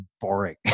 boring